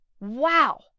wow